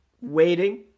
waiting